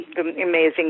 amazing